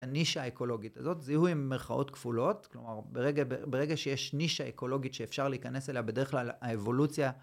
הנישה האקולוגית הזאת זיהו עם מרכאות כפולות כלומר ברגע שיש נישה אקולוגית שאפשר להיכנס אליה בדרך כלל האבולוציה